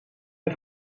het